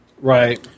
Right